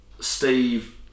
Steve